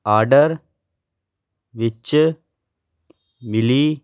order ਵਿੱਚ ਮਿਲੀ